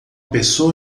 pessoa